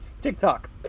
TikTok